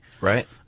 Right